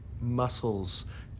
muscles